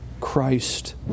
Christ